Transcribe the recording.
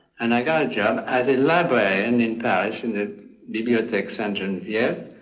and i got a job as a librarian in paris in the bibliotheque center in yeah